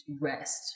rest